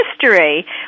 history